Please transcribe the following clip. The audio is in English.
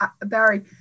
Barry